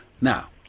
now